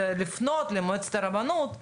לפנות למועצת הרבנות,